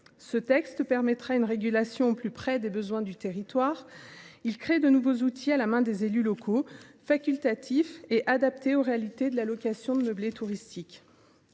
Ce texte vise à instaurer une régulation au plus près des besoins des territoires en créant de nouveaux outils à la main des élus locaux, facultatifs et adaptés aux réalités de la location meublée touristique.